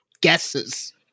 guesses